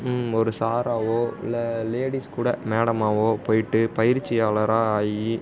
ஒரு சாராகவோ இல்லை லேடீஸ் கூட மேடமாகவோ போய்ட்டு பயிற்சியாளராக ஆகி